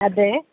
അതെ